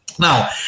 Now